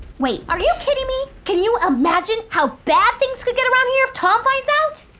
wait, are you kidding me? can you imagine how bad things could get around here if tom finds out?